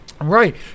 Right